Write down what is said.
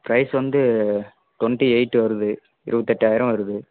price வந்து twenty eight வருது இருபத்தெட்டாயிரம் வருது